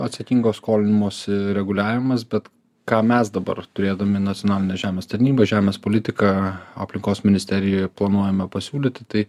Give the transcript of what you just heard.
atsakingo skolinimosi reguliavimas bet ką mes dabar turėdami nacionalinės žemės tarnybą žemės politiką aplinkos ministerijoje planuojame pasiūlyti tai